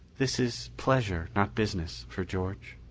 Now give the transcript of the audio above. this is pleasure, not business, for george.